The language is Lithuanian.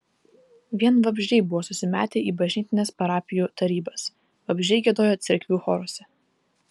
vien vabzdžiai buvo susimetę į bažnytines parapijų tarybas vabzdžiai giedojo cerkvių choruose